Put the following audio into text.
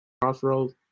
crossroads